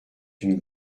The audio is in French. une